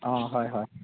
অঁ হয় হয়